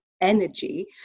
energy